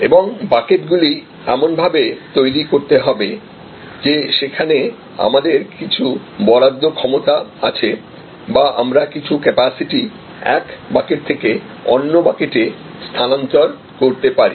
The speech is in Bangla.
এবং বাকেট গুলি এমনভাবে তৈরি করতে হবে যে সে খানে আমাদের কিছু বরাদ্দ ক্ষমতা আছে বা আমরা কিছু ক্যাপাসিটি এক বাকেট থেকে অন্য বাকেট স্থানান্তর করতে পারি